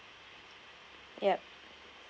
ya